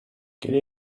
quelle